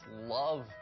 love